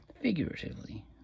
figuratively